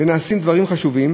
ונעשים דברים חשובים,